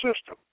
system